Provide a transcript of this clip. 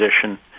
position